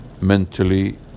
mentally